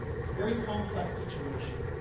it's a very complex situation.